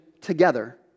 together